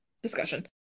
discussion